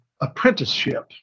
apprenticeship